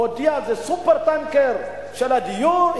הודיע: זה "סופר-טנקר" של הדיור.